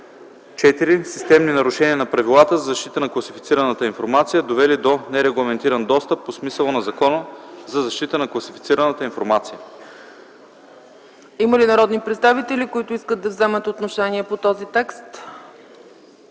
„4. системни нарушения на правилата за защита на класифицираната информация, довели до нерегламентиран достъп по смисъла на Закона за защита на класифицираната информация.” ПРЕДСЕДАТЕЛ ЦЕЦКА ЦАЧЕВА: Има ли народни представители, които искат да вземат отношение по този текст?